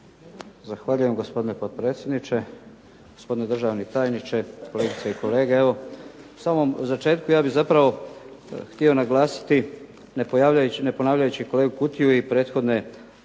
Zahvaljujem gospodine potpredsjedniče, gospodine državni tajniče, kolegice i kolege. U samom začetku ja bih zapravo htio naglasiti ne ponavljajući kolegu Kutiju i prethodne